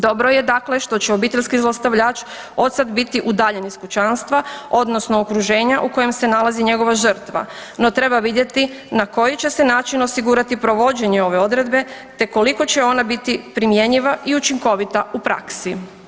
Dobro je dakle što se obiteljski zlostavljač od sad biti udaljen iz kućanstva odnosno okruženja u kojem se nalazi njegova žrtva, no treba vidjeti na koji će se način osigurati provođenje ove odredbe te koliko će ona biti primjenjiva i učinkovita u praksi.